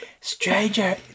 Stranger